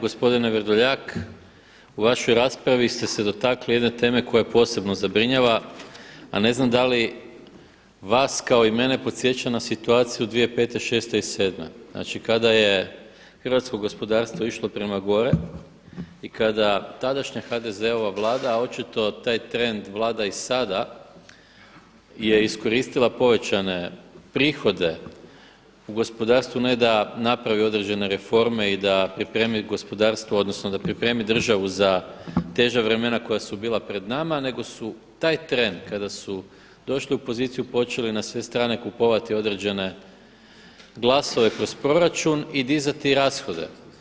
Gospodine Vrdoljak, u vašoj raspravi ste se dotakli jedne teme koja posebno zabrinjava, a ne znam da li vas kao i mene podsjeća na situaciju 2005., 6. i 7., znači kada je hrvatsko gospodarstvo išlo prema gore i kada tadašnja HDZ-ova Vlada, a očito taj trend vlada i sada, je iskoristila povećane prihode u gospodarstvu ne da napravi određene reforme i da pripremi gospodarstvo odnosno da pripremi državu za teža vremena koja su bila pred nama, nego su taj tren kada su došli u poziciju počeli na sve strane kupovati određene glasove kroz proračun i dizati rashode.